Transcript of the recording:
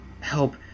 help